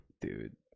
dude